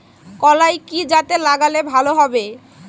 কলাই কি জাতে লাগালে ভালো হবে?